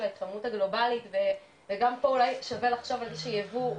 ההתחממות הגלובלית אולי שווה לחשוב על זה שייבוא,